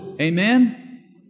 Amen